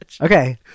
okay